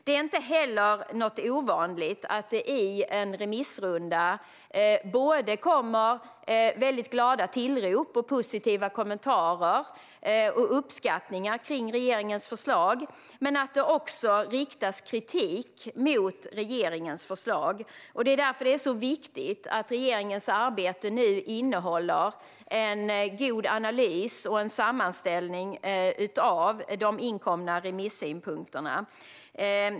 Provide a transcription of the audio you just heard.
Det är inte ovanligt att det i en remissrunda både kommer glada tillrop, positiva kommentarer och uppskattning av regeringens förslag och riktas kritik mot förslaget. Det är därför det är så viktigt att regeringens arbete nu innehåller en god analys och en sammanställning av de inkomna remissynpunkterna.